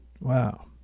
Wow